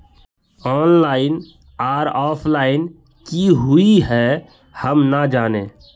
Online आर offline की हुई है हम ना जाने?